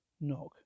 knock